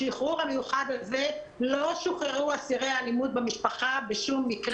בשחרור המיוחד הזה לא שוחררו אסירי האלימות במשפחה בשום מקרה,